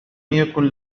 يكن